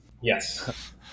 Yes